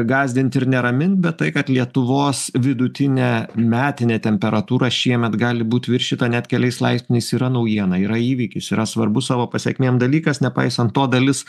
gąsdint ir neramint bet tai kad lietuvos vidutinė metinė temperatūra šiemet gali būt viršyta net keliais laipsniais yra naujiena yra įvykis yra svarbus savo pasekmėm dalykas nepaisant to dalis